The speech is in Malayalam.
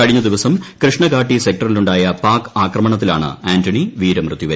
കഴിഞ്ഞദിവസം കൃഷ്ണഘാട്ടി സെക്ടറിലുണ്ടായ പാക് ആക്രമണത്തിലാണ് ആൻറണി വീരമൃത്യുവരിച്ചത്